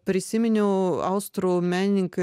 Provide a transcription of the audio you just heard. prisiminiau austrų menininką